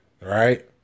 right